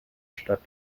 stadt